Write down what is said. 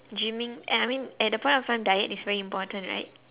gymming uh I mean at the point of time diet is very important right